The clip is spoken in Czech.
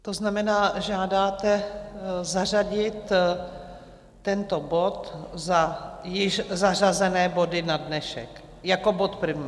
To znamená, žádáte zařadit tento bod za již pevně zařazené body na dnešek jako bod první?